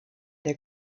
der